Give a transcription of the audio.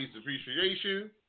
appreciation